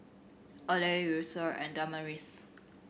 Earley Yulissa and Damaris